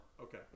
Okay